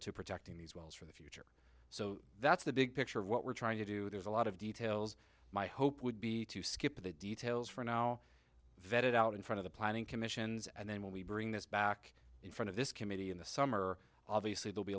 to protecting these well so that's the big picture of what we're trying to do there's a lot of details my hope would be to skip the details for now vet it out in front of the planning commission and then when we bring this back in front of this committee in the summer obviously they'll be